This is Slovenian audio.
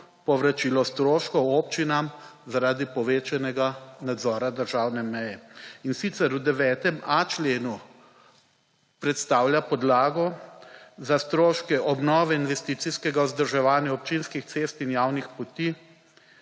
povračilo stroškov občinam zaradi povečanega nadzora državne meje. In sicer v 9.a členu predstavlja podlago za stroške obnove investicijskega vzdrževanja občinskih cest in javnih poti,